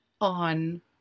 on